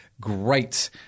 great